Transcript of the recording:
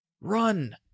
Run